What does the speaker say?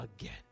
again